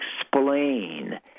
explain